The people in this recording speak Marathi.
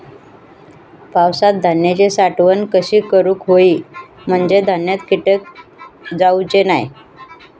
पावसात धान्यांची साठवण कशी करूक होई म्हंजे धान्यात कीटक जाउचे नाय?